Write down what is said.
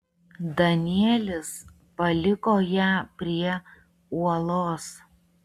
danielis paliko ją prie uolos